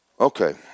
Okay